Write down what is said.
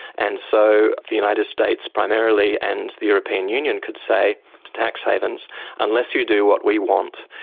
and so the united states primarily and the european union could say to tax havens unless you do what we want,